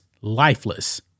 lifeless